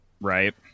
Right